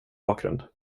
bakgrund